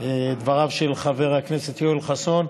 ואת דבריו של חבר הכנסת יואל חסון.